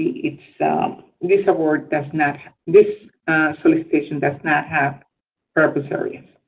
it's um this award does not. this solicitation does not have purpose areas.